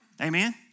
amen